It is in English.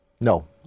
No